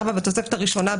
(4) בתוספת הראשונה,